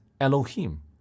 Elohim